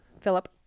Philip